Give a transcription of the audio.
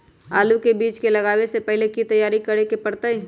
आलू के बीज के लगाबे से पहिले की की तैयारी करे के परतई?